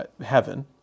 heaven